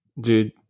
Dude